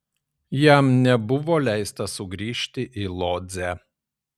jam nebuvo leista sugrįžti į lodzę